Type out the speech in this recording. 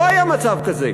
לא היה מצב כזה.